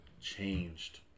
Changed